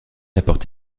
apporte